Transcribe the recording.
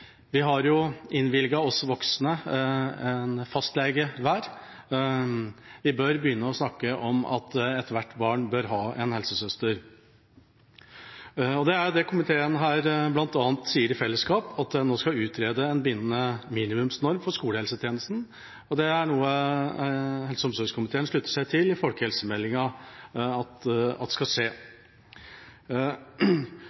Vi har innvilget oss voksne en fastlege hver. Vi bør begynne å snakke om at ethvert barn bør ha en helsesøster. Det er det komiteen her bl.a. sier i fellesskap, at en nå skal utrede en bindende minimumsnorm for skolehelsetjenesten. Det er noe helse- og omsorgskomiteen i folkehelsemeldinga slutter seg til skal skje.